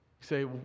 say